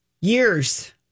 years